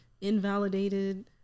invalidated